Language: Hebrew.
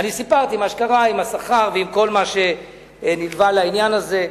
סיפרתי מה שקרה עם השכר ועם כל מה שנלווה לעניין הזה.